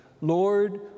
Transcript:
Lord